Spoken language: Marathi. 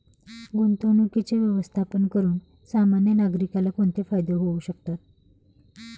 गुंतवणुकीचे व्यवस्थापन करून सामान्य नागरिकाला कोणते फायदे होऊ शकतात?